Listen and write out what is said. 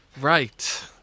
Right